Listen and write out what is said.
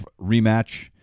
rematch